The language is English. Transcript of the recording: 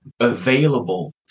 available